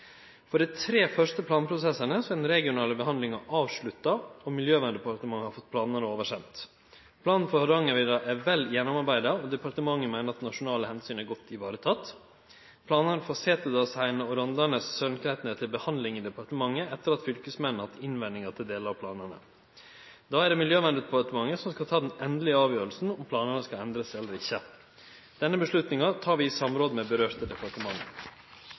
For dei tre første planprosessane er den regionale behandlinga avslutta, og Miljøverndepartementet har fått planar oversendt. Planen for Hardangervidda er vel gjennomarbeidd. Departementet meiner at det nasjonale omsynet er godt vareteke. Planane for Setesdalsheiane og Rondane–Sølnkletten er til behandling i departementet etter at fylkesmennene har hatt innvendingar til delar av planane. Det er Miljøverndepartementet som skal ta den endelege avgjersla om planane skal endrast eller ikkje. Denne beslutninga tek vi i samråd med berørte departement.